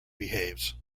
behaves